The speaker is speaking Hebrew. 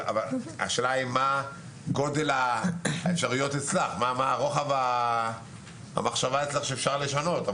השאלה היא מה גודל האפשרויות ומה רוחב המחשבה אצלך שאפשר לשנות.